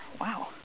Wow